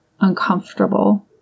uncomfortable